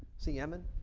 see yemen?